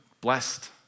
blessed